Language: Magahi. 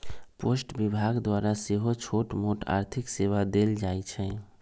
पोस्ट विभाग द्वारा सेहो छोटमोट आर्थिक सेवा देल जाइ छइ